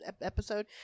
episode